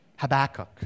Habakkuk